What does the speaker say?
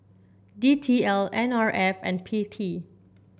D T L N R F and P T